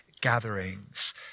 gatherings